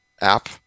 app